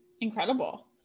Incredible